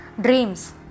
dreams